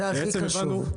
זה הכי חשוב.